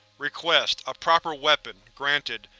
request a proper weapon. granted.